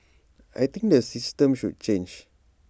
I think the system should change